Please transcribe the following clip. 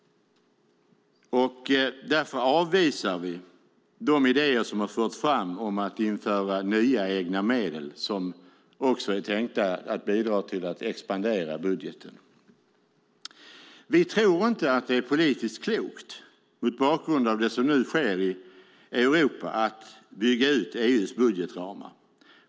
Därför avvisar vi de idéer som har förts fram om att införa nya egna medel som också är tänkta att bidra till att expandera budgeten. Vi tror inte att det är politiskt klokt, mot bakgrund av det som nu sker i Europa, att bygga ut EU:s budgetramar.